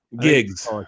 gigs